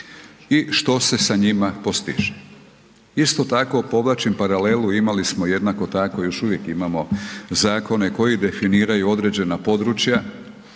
i što se sa njima postiže. Isto tako povlačim paralelu, imali smo jednako tako i još uvijek imamo zakone koji definiraju određena područja